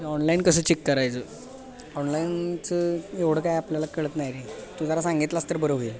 online कसं check करायचं ऑनलाईनचं एवढं काय आपल्याला कळत नाही रे तू जरा सांगितलंस तर बरं होईल